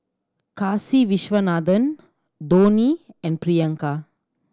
Kasiviswanathan Dhoni and Priyanka